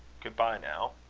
good-bye, now.